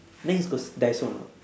nex got daiso or not